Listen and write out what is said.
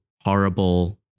horrible